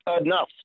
enough